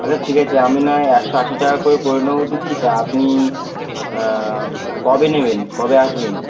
আচ্ছা ঠিক আছে আমি না হয় একশো আশি টাকা করে করে নেব দিদি তা আপনি কবে নেবেন কবে আসবেন